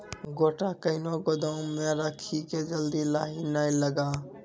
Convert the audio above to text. गोटा कैनो गोदाम मे रखी की जल्दी लाही नए लगा?